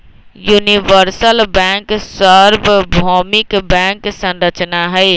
universal bank सर्वभौमिक bank संरचना हई